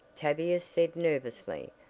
tavia said nervously,